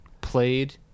played